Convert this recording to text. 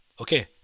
okay